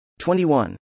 21